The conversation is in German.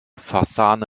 fasane